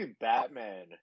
Batman